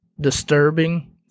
disturbing